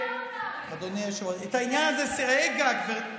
זה מכספי המפלגות,